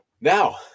Now